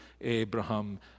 Abraham